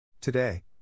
Today